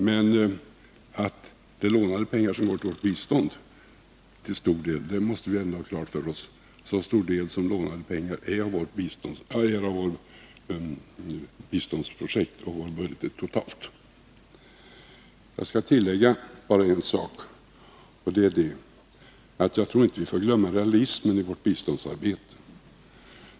Men att det är till stor del lånade pengar som går till vårt bistånd måste vi ändå ha klart för oss — så stor del som de lånade pengarna är av vår budget totalt. Jag skall tillägga bara en sak: Jag tror inte vi får glömma realismen i vårt biståndsarbete.